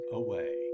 away